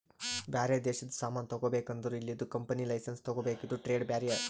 ಬ್ಯಾರೆ ದೇಶದು ಸಾಮಾನ್ ತಗೋಬೇಕ್ ಅಂದುರ್ ಇಲ್ಲಿದು ಕಂಪನಿ ಲೈಸೆನ್ಸ್ ತಗೋಬೇಕ ಇದು ಟ್ರೇಡ್ ಬ್ಯಾರಿಯರ್